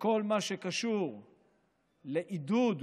וכל מה שקשור לעידוד,